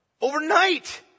overnight